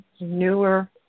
newer